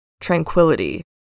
Tranquility